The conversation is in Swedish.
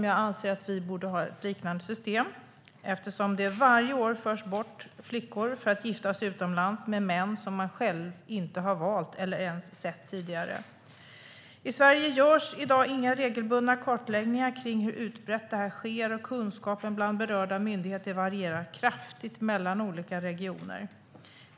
Jag anser att vi borde ha ett liknande system eftersom det varje år förs ut flickor för att giftas bort utomlands med män som de själva inte har valt eller ens sett tidigare. I Sveriges görs i dag inga regelbundna kartläggningar av hur utbrett tvångsgifte är, och kunskapen bland berörda myndigheter varierar kraftigt mellan olika regioner.